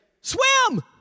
swim